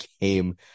game